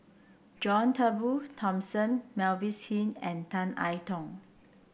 John Turnbull Thomson Mavis Hee and Tan I Tong